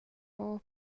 ora